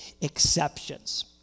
exceptions